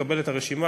תקבל את הרשימה,